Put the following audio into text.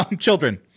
children